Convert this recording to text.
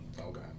Okay